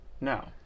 no